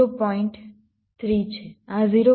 3 છે આ 0